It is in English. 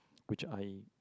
which I